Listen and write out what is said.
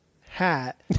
hat